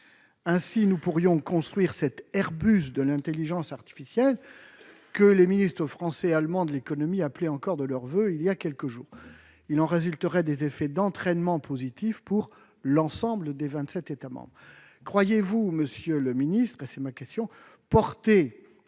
Ainsi, nous pourrons construire cet « Airbus de l'intelligence artificielle » que les ministres français et allemand de l'économie appelaient encore de leurs voeux il y a quelques jours. Il en résulterait des effets d'entraînement positifs pour l'ensemble des vingt-sept États membres. Monsieur le secrétaire d'État, comptez-vous porter